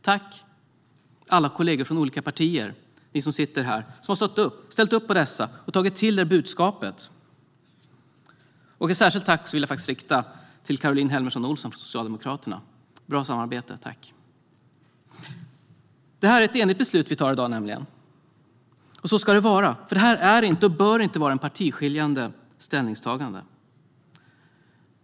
Tack, alla kollegor från olika partier som sitter här, som har ställt upp för dem och tagit till sig budskapet! Ett särskilt tack vill jag rikta till Caroline Helmersson Olsson från Socialdemokraterna: Tack för ett bra samarbete! Det är ett enigt beslut vi fattar i dag, och så ska det vara, för det här är inte och bör inte vara ett partiskiljande ställningstagande.